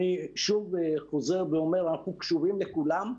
אני שוב חוזר ואומר שאנחנו קשובים לכולם.